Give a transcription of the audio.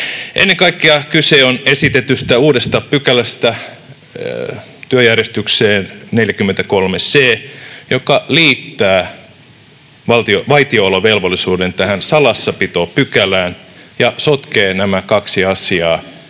Ennen kaikkea kyse on esitetystä uudesta pykälästä työjärjestykseen, 43 c §, joka liittää vaitiolovelvollisuuden tähän salassapitopykälään ja sotkee nämä kaksi asiaa,